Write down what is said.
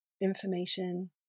information